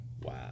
Wow